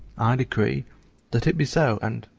i decree that it be so and,